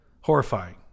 horrifying